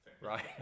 Right